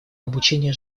обучение